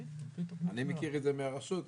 אני מכיר את זה מהרשות.